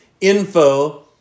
info